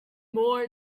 more